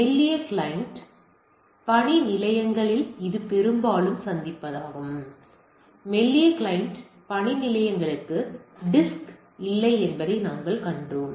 மெல்லிய கிளையன்ட் பணிநிலையங்களில் இது பெரும்பாலும் சந்திப்பதாகும் ஏனெனில் மெல்லிய கிளையன்ட் பணிநிலையங்களுக்கு டிஸ்க் இல்லை என்பதை நாங்கள் கண்டோம்